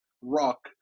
rock